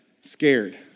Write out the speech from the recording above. scared